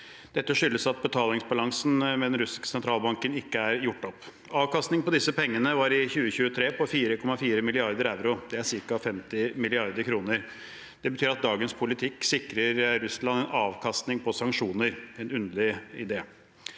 Dette skyldes at betalingsbalansen med den russiske sentralbanken ikke er gjort opp. Avkastningen på disse pengene var i 2023 på 4,4 mrd. euro. Det er ca. 50 mrd. kr. Det betyr at dagens politikk sikrer Russland en avkastning på sanksjoner – en underlig idé.